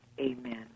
Amen